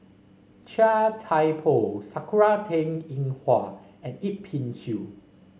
Chia Thye Poh Sakura Teng Ying Hua and Yip Pin Xiu